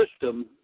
system